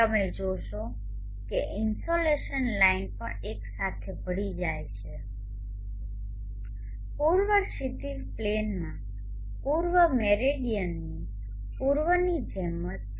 તમે જોશો કે ઇન્સોલેશન લાઇન પણ એક સાથે ભળી જાય છે પૂર્વ ક્ષિતિજ પ્લેનમાં પૂર્વ મેરિડિયનની પૂર્વની જેમ જ છે